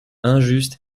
injuste